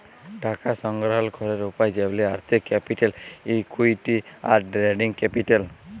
টাকা সংগ্রহল ক্যরের উপায় যেমলি আর্থিক ক্যাপিটাল, ইকুইটি, আর ট্রেডিং ক্যাপিটাল